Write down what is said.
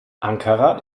ankara